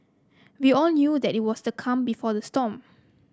we all knew that it was the calm before the storm